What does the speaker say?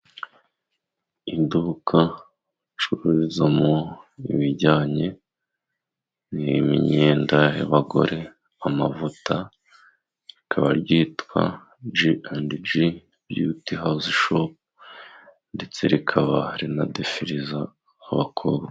Iduka bacuruzamo ibijyanye n'imyenda y'abagore, amavuta, rikaba ryitwa j endi j beti hawuzi showu, ndetse rikaba rinadefiriza abakobwa.